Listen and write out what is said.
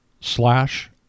slash